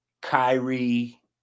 Kyrie